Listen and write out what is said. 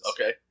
Okay